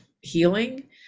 healing